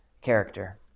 character